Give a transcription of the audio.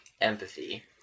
empathy